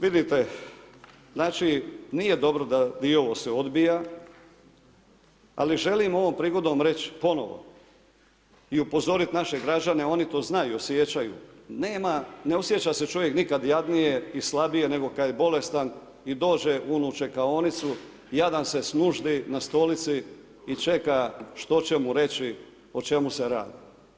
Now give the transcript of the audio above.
Vidite, znači nije dobro da dio se odbija, ali želim ovom prigodom reći ponovno i upozoriti naše građane oni to znaju, osjećaju, nema, ne osjeća se čovjek nikada jadnije i slabije, nego kada je bolestan i dođe u čekaonicu jadan se snuždi na stolici i čeka što će mu reći o čemu se radi.